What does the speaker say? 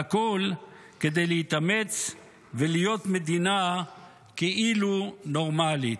והכול כדי להתאמץ ולהיות מדינה כאילו נורמלית.